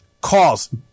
calls